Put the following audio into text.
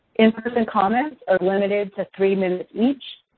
in-person comments are limited to three minutes each.